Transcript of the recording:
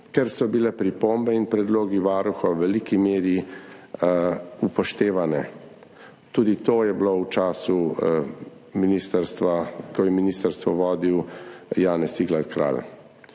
kjer so bili pripombe in predlogi Varuha v veliki meri upoštevani. Tudi to je bilo v času, ko je ministrstvo vodil Janez Cigler Kralj.